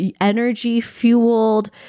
energy-fueled